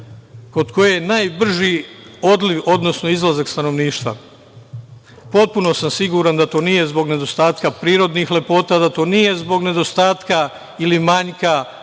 kod koje je najbrži odliv, odnosno izlazak stanovništva. Potpuno sam siguran da to nije zbog nedostatka prirodnih lepota, da to nije zbog nedostatka ili manjka